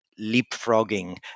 leapfrogging